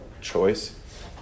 choice